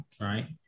right